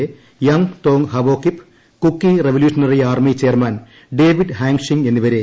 A Yamthong Haokip Kuki revolutionary army chairman David Hangshing എന്നിവരെ N